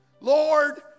Lord